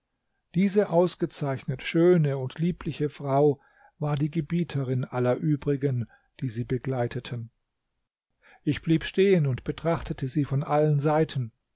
diese ausgezeichnet schöne und liebliche frau war die gebieterin aller übrigen die sie begleiteten ich blieb stehen und betrachtete sie von allen seiten